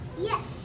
Yes